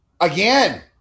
again